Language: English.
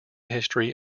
history